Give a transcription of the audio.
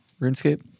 RuneScape